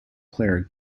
player